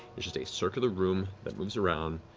just a circular room that loops around,